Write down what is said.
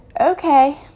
Okay